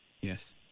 yes